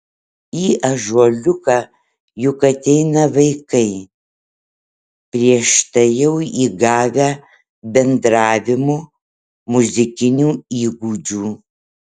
į ąžuoliuką juk ateina vaikai prieš tai jau įgavę bendravimo muzikinių įgūdžių